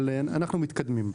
אבל אנחנו מתקדמים.